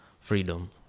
freedom